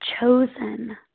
chosen